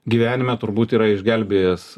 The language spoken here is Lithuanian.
gyvenime turbūt yra išgelbėjęs